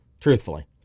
Truthfully